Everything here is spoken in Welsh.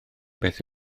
beth